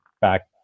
back